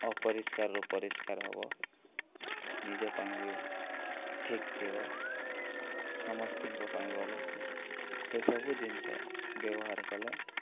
ଅପରିଷ୍କାର ରୁ ପରିଷ୍କାର ହବ ନିଜ ପାଇଁ ବି ଠିକ୍ ଥିବ ସମସ୍ତିଙ୍କ ପାଇଁ ଭଲ ସେସବୁ ଜିନିଷ ବ୍ୟବହାର କଲେ